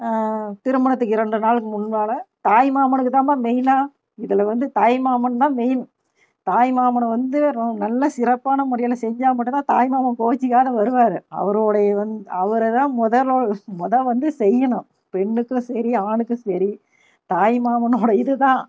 திருமணத்துக்கு இரண்டு நாளுக்கு முன்னால் தாய் மாமனுக்கு தான்பா மெயினாக இதில் வந்து தாய் மாமன் தான் மெயின் தாய் மாமன் வந்து ரொ நல்லா சிறப்பான முறையில் செஞ்சால் மட்டும் தான் தாய் மாமன் கோச்சிக்காம வருவார் அவருடைய வந்து அவர் தான் முதல்ல முத வந்து செய்யணும் பெண்ணுக்கும் சரி ஆணுக்கும் சரி தாய் மாமனோடய இது தான்